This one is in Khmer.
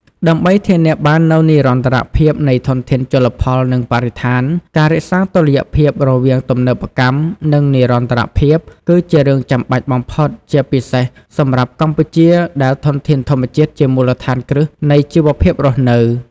ដើម្បីធានាបាននូវនិរន្តរភាពនៃធនធានជលផល និងបរិស្ថាន ការរក្សាតុល្យភាពរវាងទំនើបកម្ម និងនិរន្តរភាព គឺជារឿងចាំបាច់បំផុត ជាពិសេសសម្រាប់កម្ពុជាដែលធនធានធម្មជាតិជាមូលដ្ឋានគ្រឹះនៃជីវភាពរស់នៅ។